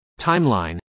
timeline